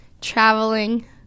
traveling